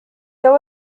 there